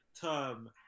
term